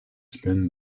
spend